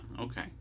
okay